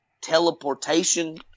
teleportation